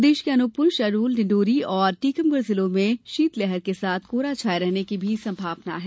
प्रदेश के अनूपपुर शहडोल डिण्डोरी और टीकमगढ़ जिलों में शीतलहर के साथ कोहरा छाये रहने की भी संभावना है